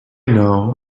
know